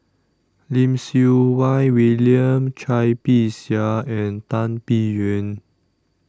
Lim Siew Wai William Cai Bixia and Tan Biyun